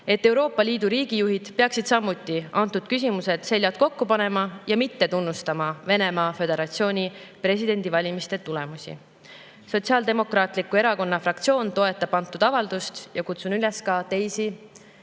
et Euroopa Liidu riigijuhid peaksid samuti antud küsimuses seljad kokku panema ja mitte tunnustama Venemaa Föderatsiooni presidendivalimiste tulemusi. Sotsiaaldemokraatliku Erakonna fraktsioon toetab antud avaldust ja kutsun üles ka teisi